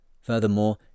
Furthermore